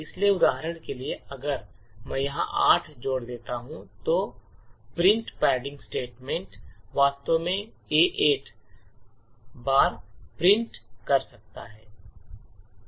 इसलिए उदाहरण के लिए अगर मैं यहां 8 जोड़ देता हूं तो प्रिंट पेडिंग स्टेटमेंट वास्तव में A 8 बार प्रिंट कर सकता है